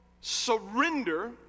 surrender